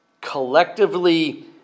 collectively